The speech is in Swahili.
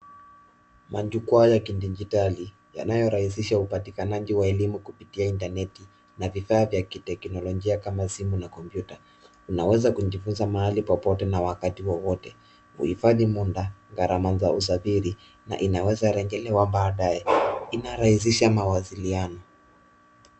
Majukwaa ya kidijitali yanayorahisisha upatikanaji wa elimu kupitia intaneti na vifaa vya kiteknolojia kama simu na kompyuta. Unaweza kujifunza mahali popote na wakati wowote. Uhifadhi muda, gharama za usafiri na inaweza rejelewa baadae. Inarahisisha mawasiliano.